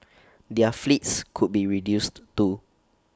their fleets could be reduced too